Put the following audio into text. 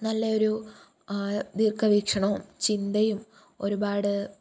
നല്ല ഒരു ദീർഘ വീക്ഷണവും ചിന്തയും ഒരുപാട്